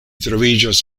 troviĝas